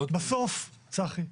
בסוף, צחי,